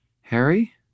Harry